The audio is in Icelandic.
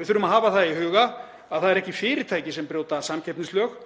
Við þurfum að hafa það í huga að það eru ekki fyrirtæki sem brjóta samkeppnislög